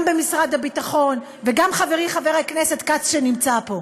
גם במשרד הביטחון וגם חברי חבר הכנסת כץ שנמצא פה.